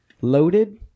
loaded